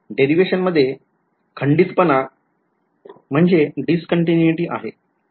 derivation मध्ये खंडितपणा आहे